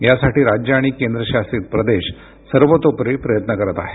यासाठी राज्यं आणि केंद्रशासित प्रदेश सर्वतोपरी प्रयत्न करत आहे